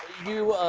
you